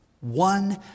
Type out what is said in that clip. One